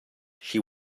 she